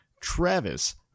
Travis